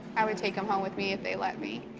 i would take him home with me if they let me.